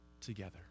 together